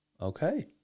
Okay